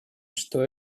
что